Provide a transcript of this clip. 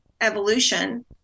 evolution